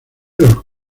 los